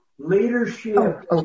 Leadership